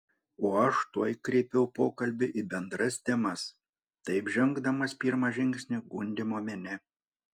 o aš tuoj kreipiau pokalbį į bendras temas taip žengdamas pirmą žingsnį gundymo mene